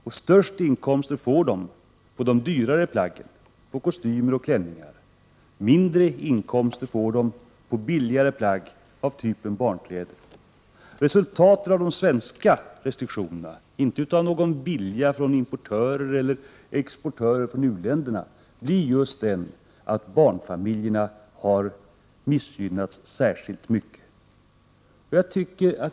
De största inkomsterna får man på de dyrare plaggen såsom kostymer och klänningar. Mindre inkomster får man på billigare plagg, t.ex. barnkläder. Resultaten av de svenska restriktionerna — inte av någon vilja från importörer i Sverige eller exportörer i u-länderna — blir just den att barnfamiljerna har missgynnats särskilt mycket.